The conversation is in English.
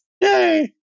Yay